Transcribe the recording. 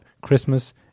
christmas